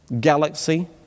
galaxy